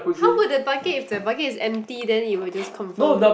how would the bucket if the bucket is empty then it will just confirm